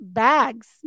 bags